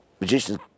magicians